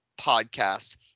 podcast